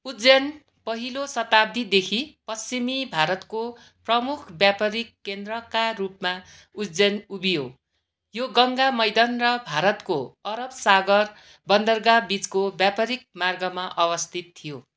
उज्जैन पहिलो शताब्दीदेखि पश्चिमी भारतको प्रमुख व्यापारिक केन्द्रका रूपमा उज्जैन उभियो यो गङ्गा मैदान र भारतको अरब सागर बन्दरगाह बिचको व्यापारिक मार्गमा अवस्थित थियो